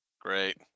Great